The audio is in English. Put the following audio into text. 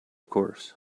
course